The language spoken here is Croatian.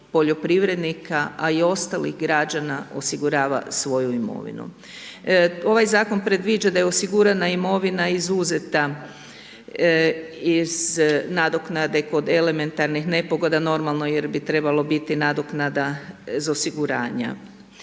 poljoprivrednika a i ostalih građana osigurava svoju imovinu. Ovaj zakon predviđa da je osigurana imovina izuzeta iz nadoknade kod elementarnih nepogoda, normalno jer bi trebalo biti nadoknada iz osiguranja.